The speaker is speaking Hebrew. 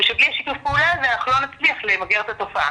ושבלי שיתוף הפעולה הזה אנחנו לא נצליח למגר את התופעה.